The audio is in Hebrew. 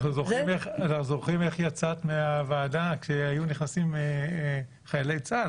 אנחנו זוכרים איך יצאת מהוועדה כשהיו נכנסים חיילי צה"ל,